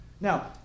Now